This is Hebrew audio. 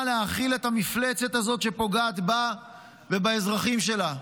להאכיל את המפלצת הזאת שפוגעת בה ובאזרחים שלה?